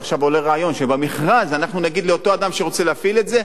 ועכשיו עולה רעיון שבמכרז אנחנו נגיד לאותו אדם שרוצה להפעיל את זה,